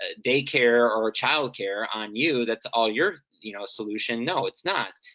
ah daycare or childcare on you, that's all your you know solution. no, it's not.